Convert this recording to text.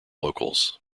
locals